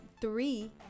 three